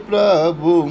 Prabhu